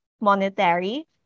monetary